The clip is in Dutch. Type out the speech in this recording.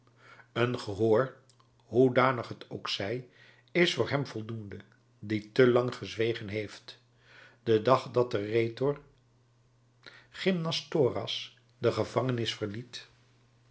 een gehoor hoedanig het ook zij is voor hem voldoende die te lang gezwegen heeft den dag dat de rhetor gymnastoras de gevangenis verliet